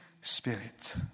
spirit